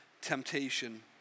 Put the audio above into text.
temptation